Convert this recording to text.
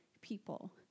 people